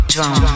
Drum